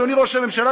אדוני ראש הממשלה,